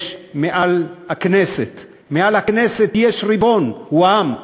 יש מעל הכנסת, מעל הכנסת יש ריבון, שהוא העם.